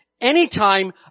Anytime